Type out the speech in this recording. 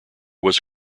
was